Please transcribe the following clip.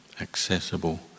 accessible